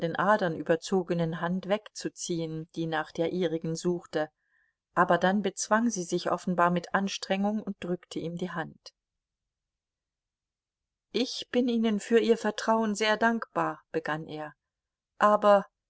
adern überzogenen hand wegzuziehen die nach der ihrigen suchte aber dann bezwang sie sich offenbar mit anstrengung und drückte ihm die hand ich bin ihnen für ihr vertrauen sehr dankbar begann er aber